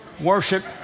worship